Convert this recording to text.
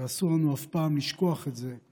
ואסור לנו אף פעם לשכוח את זה,